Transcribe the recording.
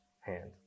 hand